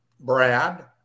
Brad